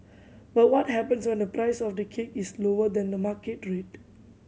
but what happens when the price of the cake is lower than the market rate